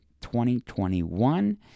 2021